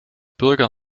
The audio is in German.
bürger